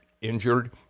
injured